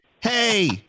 hey